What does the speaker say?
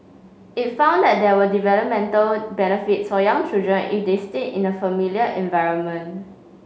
it found that there were developmental benefits for young children if they stay in a familiar environment